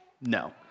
No